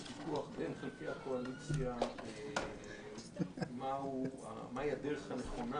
יש ויכוח בין חלקי הקואליציה מהי הדרך הנכונה,